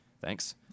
Thanks